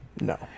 No